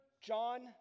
John